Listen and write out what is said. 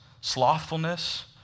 slothfulness